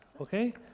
Okay